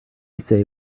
say